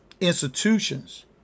institutions